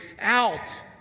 out